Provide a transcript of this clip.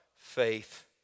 Faith